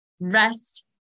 rest